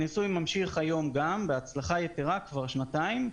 הניסוי ממשיך גם היום בהצלחה יתרה ומתקיים כבר שנתיים.